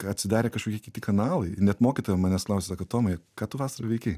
kai atsidarė kažkokie kiti kanalai net mokytoja manęs klausė sako tomai ką tu vasarą veikei